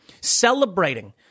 Celebrating